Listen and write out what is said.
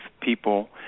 people